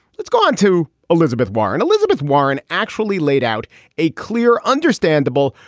let's go on to elizabeth warren. elizabeth warren actually laid out a clear, understandable,